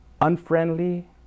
unfriendly